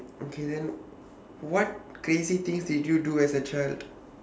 okay then what crazy things did you do as a child